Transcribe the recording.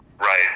Right